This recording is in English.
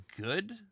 good